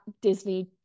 Disney